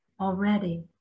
already